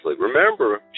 Remember